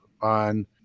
on